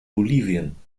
bolivien